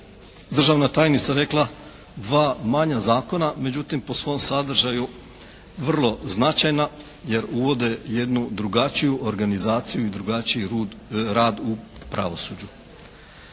državna tajnica rekla, dva manja zakona, međutim po svom sadržaju vrlo značajna jer uvode jednu drugačiju organizaciju i drugačiji rad u pravosuđu.